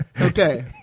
Okay